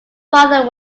father